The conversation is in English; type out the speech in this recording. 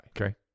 Okay